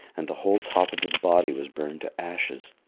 and the whole top of his body was burned to ashes.